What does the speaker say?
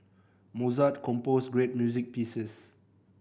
Mozart composed great music pieces